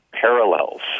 parallels